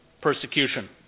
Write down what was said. persecution